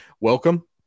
welcome